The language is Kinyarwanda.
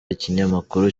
ikinyamakuru